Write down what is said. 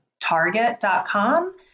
target.com